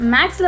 Max